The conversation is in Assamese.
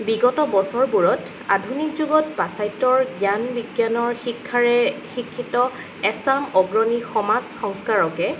বিগত বছৰবোৰত আধুনিক যুগত পাশ্চাত্যৰ জ্ঞান বিজ্ঞানৰ শিক্ষাৰে শিক্ষিত এচাম অগ্ৰণী সমাজ সংস্কাৰকে